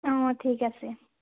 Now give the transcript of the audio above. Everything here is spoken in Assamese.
অঁ ঠিক আছে